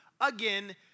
again